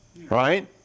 right